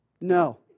No